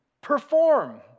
Perform